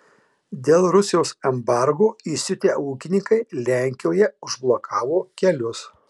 dėl rusijos embargo įsiutę ūkininkai lenkijoje užblokavo kelius